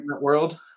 world